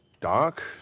dark